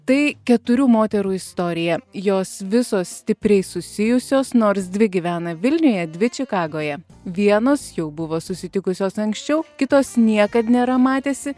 tai keturių moterų istorija jos visos stipriai susijusios nors dvi gyvena vilniuje dvi čikagoje vienos jau buvo susitikusios anksčiau kitos niekad nėra matęsi